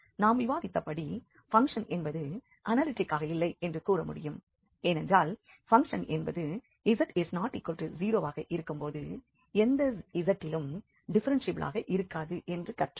நான் விவாதித்தபடி பங்க்ஷன் என்பது அனாலிட்டிக் ஆக இல்லை என்று கூற முடியும் ஏனென்றால் பங்க்ஷன் என்பது z≠0 ஆக இருக்கும்போது எந்த z இலும் டிஃப்ஃபெரென்ஷியபிளாக இருக்காது என்று கற்றோம்